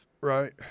Right